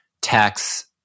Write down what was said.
tax